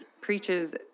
preaches